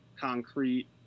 concrete